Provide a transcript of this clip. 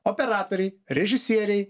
operatoriai režisieriai